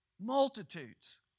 multitudes